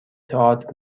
تئاتر